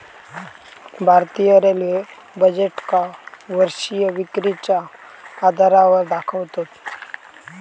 भारतीय रेल्वे बजेटका वर्षीय विक्रीच्या आधारावर दाखवतत